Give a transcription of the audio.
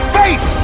faith